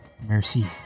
mercy